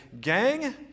gang